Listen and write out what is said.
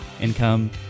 income